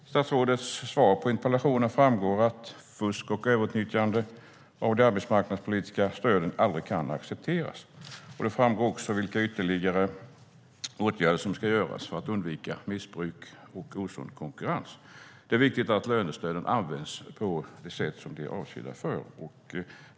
Av statsrådets svar på interpellation framgår att fusk och överutnyttjande av de arbetsmarknadspolitiska stöden aldrig kan accepteras. Det framgår också vilka ytterligare åtgärder som ska vidtas för att undvika missbruk och osund konkurrens. Det är viktigt att lönestöden används på det sätt som de är avsedda att användas.